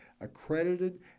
accredited